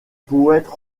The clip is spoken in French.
poètes